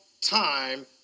time